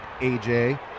AJ